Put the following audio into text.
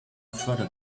further